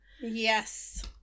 Yes